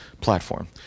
platform